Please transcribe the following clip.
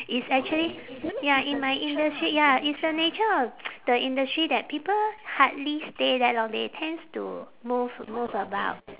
it's actually ya in my industry ya it's the nature of the industry that people hardly stay that long they tends to move move about